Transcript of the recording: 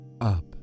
up